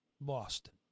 Boston